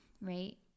right